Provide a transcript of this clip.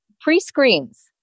pre-screens